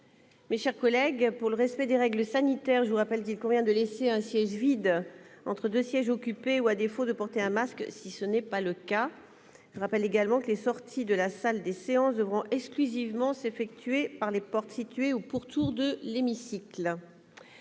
Mes chers collègues, pour le respect des règles sanitaires, je vous rappelle qu'il convient de laisser un siège vide entre deux sièges occupés ou, à défaut, de porter un masque. Je vous rappelle également que les sorties de la salle des séances devront exclusivement s'effectuer par les portes situées au pourtour de l'hémicycle.